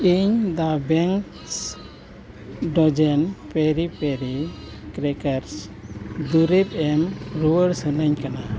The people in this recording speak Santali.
ᱤᱧ ᱫᱩᱨᱤᱵ ᱮᱢ ᱨᱩᱭᱟᱹᱲ ᱥᱟᱱᱟᱧ ᱠᱟᱱᱟ